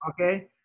Okay